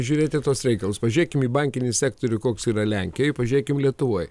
žiūrėti į tuos reikalus pažiūrėkim į bankinį sektorių koks yra lenkijoj ir pažiūrėkim lietuvoj